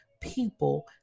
people